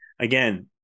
again